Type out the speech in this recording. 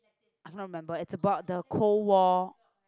I'm not remember it's about the cold war